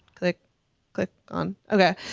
click click on ok.